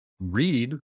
read